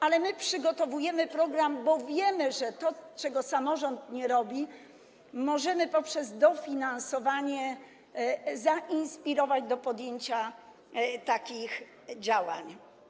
Ale my przygotowujemy program, bo wiemy, że jeśli chodzi o to, czego samorząd nie robi, możemy poprzez dofinansowanie zainspirować do podjęcia takich działań.